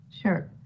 Sure